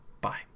Bye